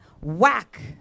whack